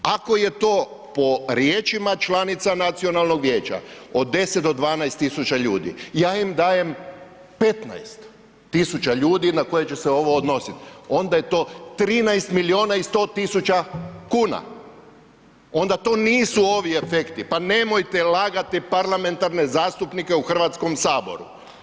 Ako je to riječima članica Nacionalnog vijeća od 10 do 12 000 ljudi, ja im dajem 15 000 ljudi na koje će se ovo odnosit, onda je to 13 milijuna i 100 tisuća kuna, onda to nisu ovi efekti, pa nemojte lagati parlamentarne zastupnike u Hrvatskome saboru.